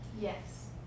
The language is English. Yes